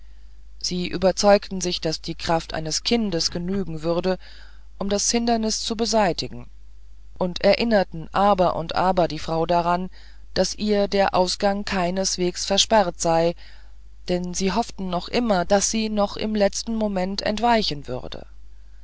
sie überzeugten sich daß die kraft eines kindes genügen würde um das hindernis zu beseitigen und erinnerten aber und aber die frau daran daß ihr der ausgang keineswegs versperrt sei denn sie hofften noch immer daß sie noch im letzten moment entweichen würde